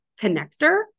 connector